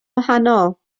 wahanol